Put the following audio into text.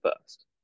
first